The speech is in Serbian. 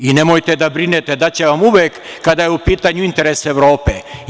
I nemojte da brinete daće vam uvek kada je u pitanju interes Evrope.